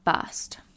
first